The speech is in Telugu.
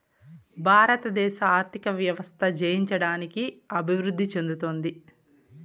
భారతదేశ ఆర్థిక వ్యవస్థ జయించడానికి అభివృద్ధి చెందుతోంది